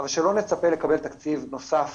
אבל שלא נצפה לקבל תקציב נוסף